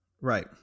Right